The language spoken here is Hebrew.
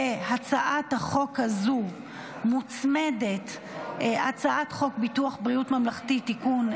להצעת החוק הזו מוצמדת הצעת חוק ביטוח בריאות ממלכתי (תיקון,